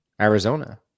Arizona